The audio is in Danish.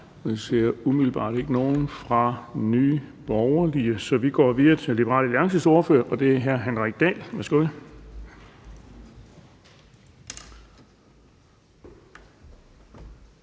Jeg ser umiddelbart ikke nogen fra Nye Borgerlige, så vi går videre til Liberal Alliances ordfører, og det er hr. Henrik Dahl. Værsgo.